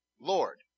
Lord